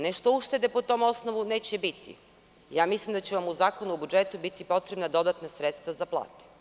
Ne što uštede po tom osnovu neće biti, ja mislim da će vam u Zakonu o budžetu biti potrebno dodatna sredstva za plate.